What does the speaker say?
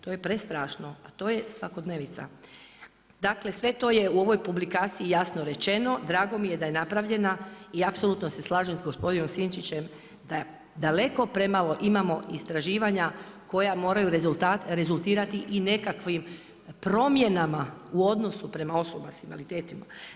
To je prestrašno, a to je svakodnevnica dakle sve to je u ovoj publikaciji jasno rečeno, drago mi je da je napravljena i apsolutno se slažem s gospodinom Sinčićem da daleko premalo imamo istraživanja koja moraju rezultirati i nekakvim promjenama u odnosu prema osobama s invaliditetom.